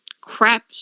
crap